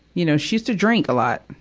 you know, she used to drink a lot.